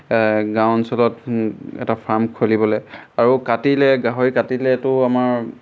গাঁও অঞ্চলত এটা ফাৰ্ম খুলিবলৈ আৰু কাটিলে গাহৰি কাটিলেতো আমাৰ